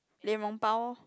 lian rong pao orh